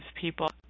people